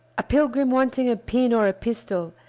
a pilgrim wanting a pin or a pistol,